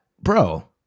bro